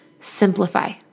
simplify